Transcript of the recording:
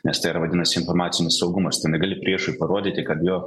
nes tai yra vadinasi informacinis saugumas tu negali priešui parodyti kad jo